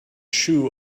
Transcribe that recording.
shoe